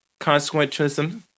consequentialism